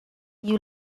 you